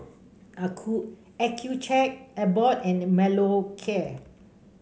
Accucheck Abbott and Molicare